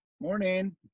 Morning